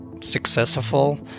successful